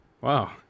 Wow